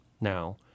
now